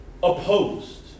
Opposed